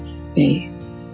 space